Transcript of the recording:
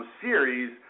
series